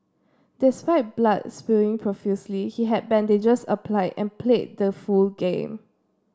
despite blood spewing profusely he had bandages applied and played the full game